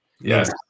yes